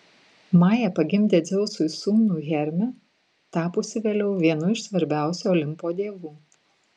maja pagimdė dzeusui sūnų hermį tapusį vėliau vienu iš svarbiausių olimpo dievų